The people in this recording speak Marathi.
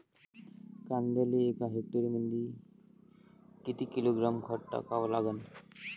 कांद्याले एका हेक्टरमंदी किती किलोग्रॅम खत टाकावं लागन?